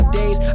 days